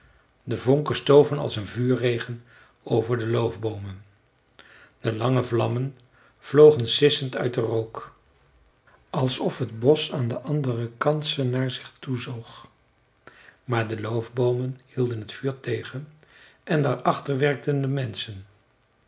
de vonken stoven als een vuurregen over de loofboomen de lange vlammen vlogen sissend uit den rook alsof het bosch aan den anderen kant ze naar zich toe zoog maar de loofboomen hielden het vuur tegen en daar achter werkten de menschen